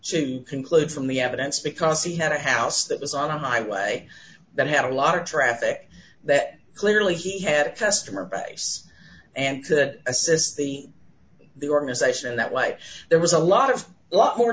conclude from the evidence because he had a house that was on a highway that had a lot of traffic that clearly he had customer base and that assists the the organization that like there was a lot of a lot more